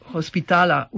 Hospitala